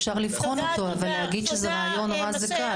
אפשר לבחון אותו אבל להגיד שזה רעיון רע זה קל.